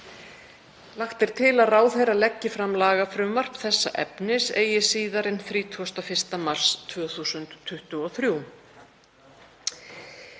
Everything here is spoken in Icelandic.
Lagt er til að ráðherra leggi fram lagafrumvarp þessa efnis eigi síðar en 31. mars 2023.